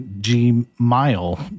G-mile